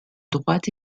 droite